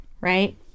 right